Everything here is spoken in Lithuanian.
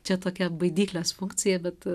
čia tokia baidyklės funkcija bet